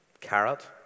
carrot